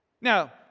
Now